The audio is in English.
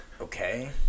Okay